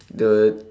the